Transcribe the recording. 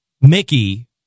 Mickey